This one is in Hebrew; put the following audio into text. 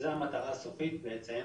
זו המטרה הסופית בעצם,